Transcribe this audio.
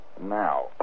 now